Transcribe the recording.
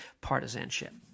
partisanship